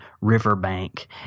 riverbank